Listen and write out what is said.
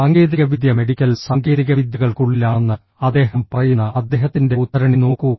സാങ്കേതികവിദ്യ മെഡിക്കൽ സാങ്കേതികവിദ്യകൾക്കുള്ളിലാണെന്ന് അദ്ദേഹം പറയുന്ന അദ്ദേഹത്തിൻ്റെ ഉദ്ധരണി നോക്കൂ